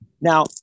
now